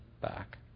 back